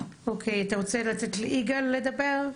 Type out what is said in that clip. אוקיי, אתה רוצה לתת ליגאל לדבר?